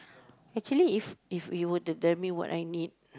actually if if you were to tell me what I need